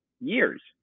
years